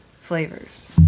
flavors